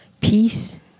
peace